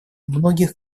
многих